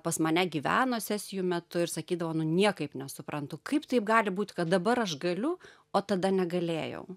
pas mane gyveno sesijų metu ir sakydavo nu niekaip nesuprantu kaip taip gali būt kad dabar aš galiu o tada negalėjau